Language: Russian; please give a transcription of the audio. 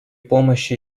помощи